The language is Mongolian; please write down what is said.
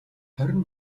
хорин